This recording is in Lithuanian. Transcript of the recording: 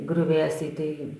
griuvėsiai tai